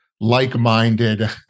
like-minded